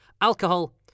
Alcohol